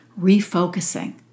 refocusing